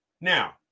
Now